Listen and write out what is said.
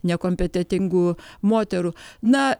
nekompetentingų moterų na